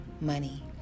money